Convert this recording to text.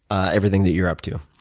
ah everything that you're up to?